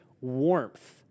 warmth